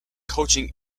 coaching